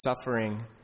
suffering